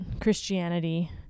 Christianity